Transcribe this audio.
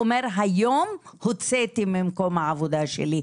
אומר היום הוצאתי ממקום העבודה שלי,